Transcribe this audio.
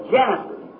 Genesis